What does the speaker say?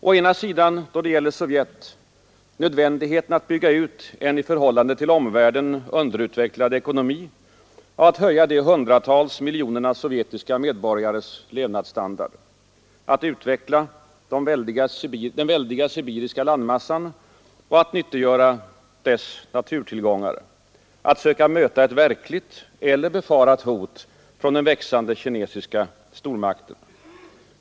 Å ena sidan — då det gäller Sovjet — nödvändigheten att bygga ut en i förhållande till omvärlden underutvecklad ekonomi och att höja de hundratals miljonerna sovjetiska medborgares levnadsstandard. Att utveckla den väldiga sibiriska landmassan och att nyttiggöra dess naturtillgångar. Att söka möta ett verkligt eller befarat hot från den växande kinesiska stormakten.